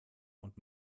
und